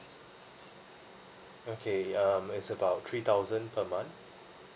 okay um it's about three thousand per month